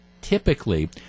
typically